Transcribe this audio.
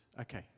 Okay